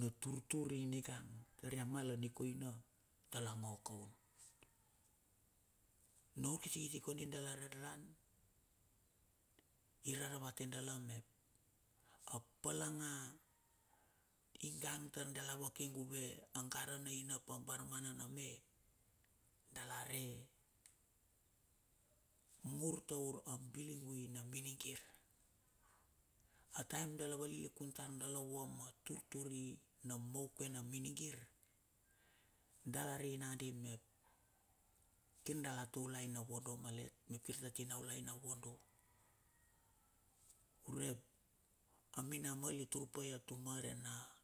natur tur inigang tar ia mal a nikoina dala ngo koun. Na urkiti kiti kondi dala raran, i raravate dala mep a palanga ingan tar dala vake guve ta gara na inap a barmana na me. Dala re mur taur a piligui na minigir. A taem dala valilikun tar dala vua ma turtur i na moukue na minigir dala re nagandi mep kir dala taulai na vodo malet mep kir tati toulai na vodo, urep a minamal itur pai a tuma re na.